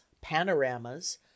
panoramas